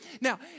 Now